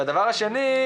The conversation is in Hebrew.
דבר שני,